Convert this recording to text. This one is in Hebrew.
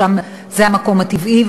שם זה המקום הטבעי.